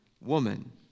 woman